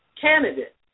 candidate